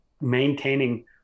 maintaining